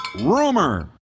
Rumor